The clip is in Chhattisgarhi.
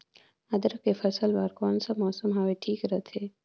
अदरक के फसल बार कोन सा मौसम हवे ठीक रथे?